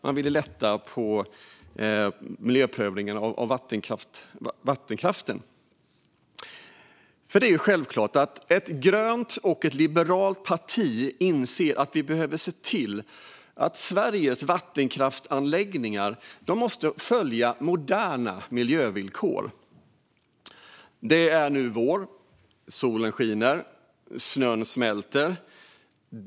Man vill då lätta på miljöprövningen av vattenkraft. Ett grönt och liberalt parti inser självfallet att vi behöver se till att Sveriges vattenkraftsanläggningar följer moderna miljövillkor. Det är nu vår. Solen skiner och smälter snön.